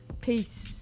Peace